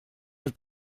have